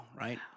right